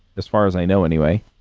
as far as i know anyway.